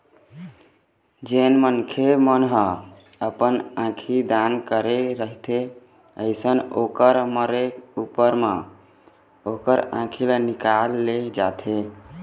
जेन मनखे मन ह अपन आंखी दान करे रहिथे अइसन ओखर मरे ऊपर म ओखर आँखी ल निकाल ले जाथे